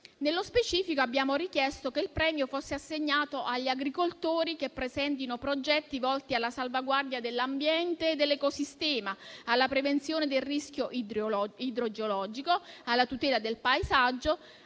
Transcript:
Nello specifico, abbiamo richiesto che il premio fosse assegnato agli agricoltori che presentino progetti volti alla salvaguardia dell'ambiente e dell'ecosistema, alla prevenzione del rischio idrogeologico e alla tutela del paesaggio,